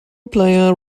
player